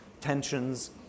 tensions